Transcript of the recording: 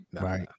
Right